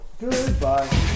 Goodbye